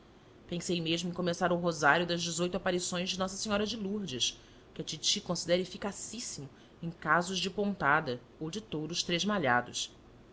pensei mesmo em começar o rosário das dezoito aparições de nossa senhora de lurdes que a titi considera eficacíssimo em casos de pontada ou de touros tresmalhados